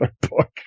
book